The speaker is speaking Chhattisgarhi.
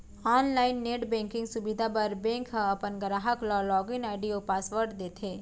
आनलाइन नेट बेंकिंग सुबिधा बर बेंक ह अपन गराहक ल लॉगिन आईडी अउ पासवर्ड देथे